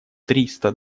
триста